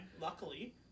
luckily